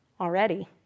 already